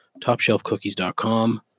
TopshelfCookies.com